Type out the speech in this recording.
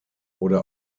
oder